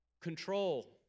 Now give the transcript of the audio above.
control